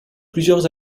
plusieurs